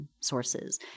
sources